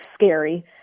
scary